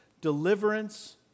deliverance